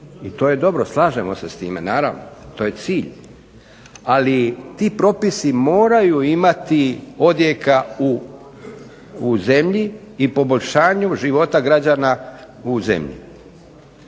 I to je dobro, slažemo se s time, naravno, to je cilj. Ali, ti propisi moraju imati odjeka u zemlji i poboljšanju života građana u zemlji.